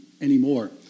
anymore